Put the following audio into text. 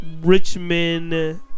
richmond